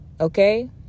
okay